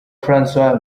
françois